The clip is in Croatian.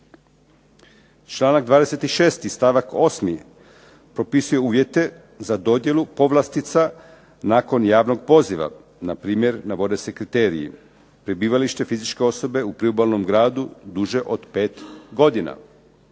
Članak 26. stavak 8. propisuje uvjete za dodjelu povlastica nakon javnog poziva npr. navode se kriteriji, prebivalište, fizičke osobe, u priobalnom gradu duže od 5 godina.